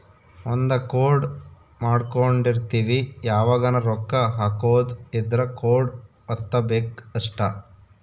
ಒಂದ ಕೋಡ್ ಮಾಡ್ಕೊಂಡಿರ್ತಿವಿ ಯಾವಗನ ರೊಕ್ಕ ಹಕೊದ್ ಇದ್ರ ಕೋಡ್ ವತ್ತಬೆಕ್ ಅಷ್ಟ